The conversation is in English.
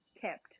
kept